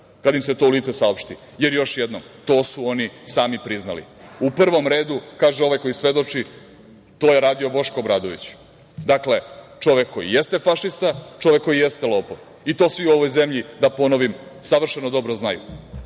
kad im se to u lice saopšti, jer još jednom, to su oni sami priznali.U prvom redu, kaže ovaj koji svedoči, to je radio Boško Obradović. Dakle, čovek koji jeste fašista, čovek koji jeste lopov i to svi u ovoj zemlji, da ponovim, savršeno dobro znaju. Opet,